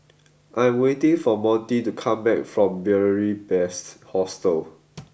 I am waiting for Monty to come back from Beary Best Hostel